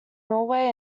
norway